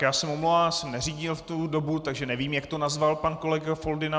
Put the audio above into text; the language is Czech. Já jsem neřídil v tu dobu, takže nevím, jak to nazval pan kolega Foldyna.